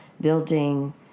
building